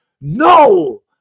No